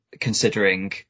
considering